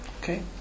okay